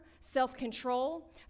self-control